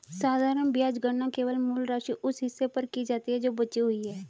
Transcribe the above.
साधारण ब्याज गणना केवल मूल राशि, उस हिस्से पर की जाती है जो बची हुई है